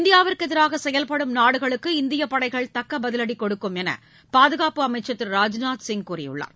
இந்தியாவிற்கு எதிராக செயல்படும் நாடுகளுக்கு இந்திய படைகள் தக்க பதிலடி கொடுக்கும் என பாதுகாப்பு அமைச்சர் திரு ராஜ்நாத் சிங் கூறியுள்ளார்